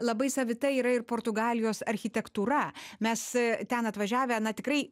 labai savita yra ir portugalijos architektūra mes ten atvažiavę na tikrai